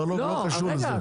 המרלו"ג לא קשור לזה.